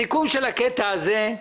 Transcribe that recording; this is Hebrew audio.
סיכום של הקטע הזה הוא